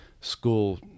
school